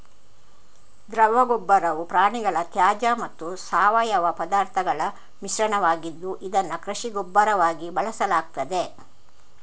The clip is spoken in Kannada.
ದ್ರವ ಗೊಬ್ಬರವು ಪ್ರಾಣಿಗಳ ತ್ಯಾಜ್ಯ ಮತ್ತು ಸಾವಯವ ಪದಾರ್ಥಗಳ ಮಿಶ್ರಣವಾಗಿದ್ದು, ಇದನ್ನು ಕೃಷಿ ಗೊಬ್ಬರವಾಗಿ ಬಳಸಲಾಗ್ತದೆ